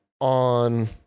on